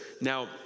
Now